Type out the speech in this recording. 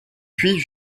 puis